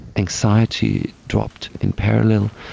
anxiety dropped in parallel.